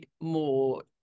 more